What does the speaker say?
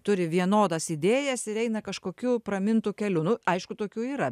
turi vienodas idėjas ir eina kažkokiu pramintu keliu nu aišku tokių yra